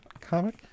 comic